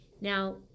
Now